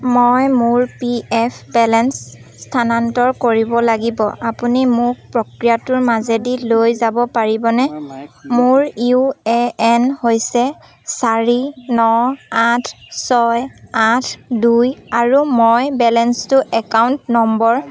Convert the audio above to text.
মই মোৰ P F balance স্থানান্তৰ কৰিব লাগিব আপুনি মোক প্ৰক্ৰিয়াটোৰ মাজেদি লৈ যাব পাৰিবনে মোৰ ইউ এ এন হৈছে চাৰি ন আঠ ছয় আঠ দুই আৰু মই বেলেন্সটো একাউণ্ট নম্বৰ